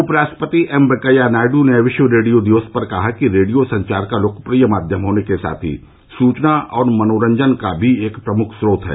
उपराष्ट्रपति एम वेंकैया नायड् ने विश्व रेडियो दिवस पर कहा कि रेडियो संचार का लोकप्रिय माध्यम होने के साथ ही सूचना और मनोरंजन का भी एक प्रमुख स्रोत है